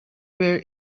were